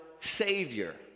Savior